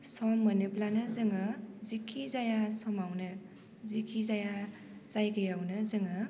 सम मोनोब्लानो जोङो जेखि जाया समावनो जेखि जाया जायगायावनो जोङो